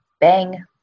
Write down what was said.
Bang